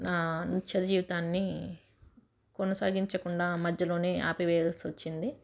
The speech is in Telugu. నా నృత్య జీవితాన్ని కొనసాగించకుండా మధ్యలోనే ఆపివేయాల్సి వచ్చింది